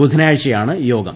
ബുധനാഴ്ചയാണ് യോഗം